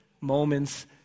moments